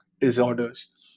disorders